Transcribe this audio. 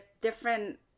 different